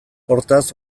hortaz